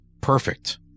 Perfect